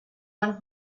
one